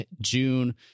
June